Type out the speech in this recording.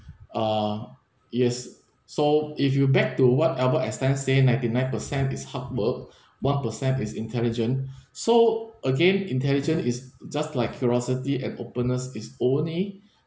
ah yes so if you back to what albert einstein say ninety nine per cent is hard work one per cent is intelligent so again intelligent is just like curiosity and openness is only